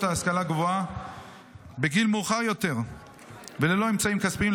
ההשכלה הגבוהה בגיל מאוחר יותר וללא אמצעים כספיים.